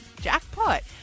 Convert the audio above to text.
jackpot